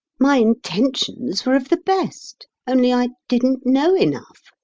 my intentions were of the best. only i didn't know enough.